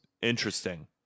interesting